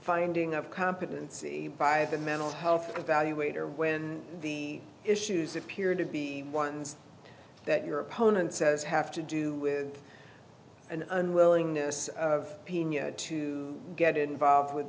finding of competency by the mental health of value waiter when the issues appear to be ones that your opponent says have to do with an unwillingness of pia to get involved with